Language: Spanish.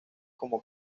como